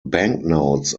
banknotes